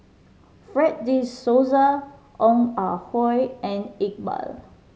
Fred De Souza Ong Ah Hoi and Iqbal